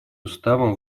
уставом